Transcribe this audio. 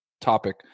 topic